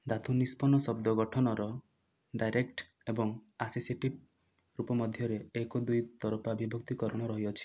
ଧାତୁ ନିଷ୍ପନ୍ନ ଶବ୍ଦ ଗଠନର ଡାଇରେକ୍ଟ୍ ଏବଂ ଆସିସିଟିଭ୍ ରୂପ ମଧ୍ୟରେ ଏକ ଦୁଇ ତରଫା ବିଭକ୍ତୀକରଣ ରହିଅଛି